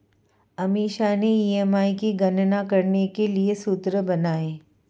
अमीषा ने ई.एम.आई की गणना करने के लिए सूत्र बताए